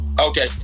Okay